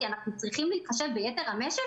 כי אנחנו צריכים להתחשב ביתר המשק,